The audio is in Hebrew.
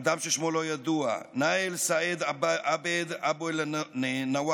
אדם ששמו לא ידוע, נאיל סעיד עאבד אבו אלנוורס,